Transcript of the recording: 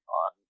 on